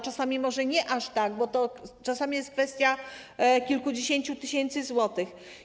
Czasami może nie aż tak, bo to jest kwestia kilkudziesięciu tysięcy złotych.